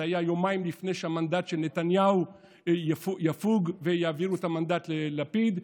זה היה יומיים לפני שהמנדט של נתניהו יפוג ויעבירו את המנדט ללפיד.